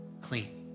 clean